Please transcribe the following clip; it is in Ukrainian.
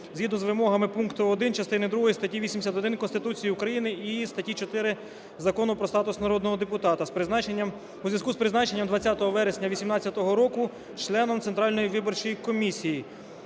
згідно з вимогами пункту 1 частини другої статті 81 Конституції України і статті 4 Закону "Про статус народного депутата", у зв'язку з призначенням 20 вересня 18-го року членом Центральної виборчої комісії.